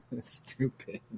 stupid